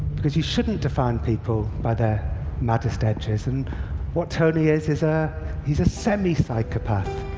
because you shouldn't define people by their maddest edges. and what tony is, is ah he's a semi-psychopath.